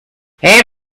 have